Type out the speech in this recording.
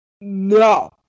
No